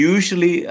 Usually